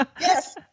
yes